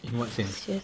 in what sense